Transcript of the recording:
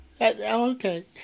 Okay